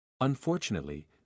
Unfortunately